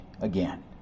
again